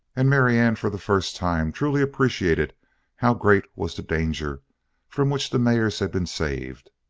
and marianne, for the first time truly appreciating how great was the danger from which the mares had been saved,